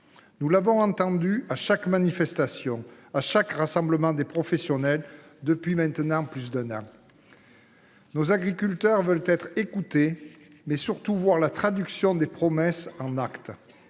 Nous l’avons entendu à chaque manifestation et à chaque rassemblement des professionnels depuis maintenant plus d’un an : nos agriculteurs veulent être écoutés et, surtout, voir les promesses se traduire en actes.